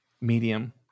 medium